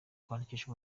kwandikisha